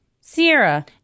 Sierra